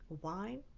Wine